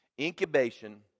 Incubation